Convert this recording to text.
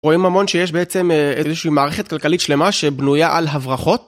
רואים המון שיש בעצם איזושהי מערכת כלכלית שלמה שבנויה על הברחות.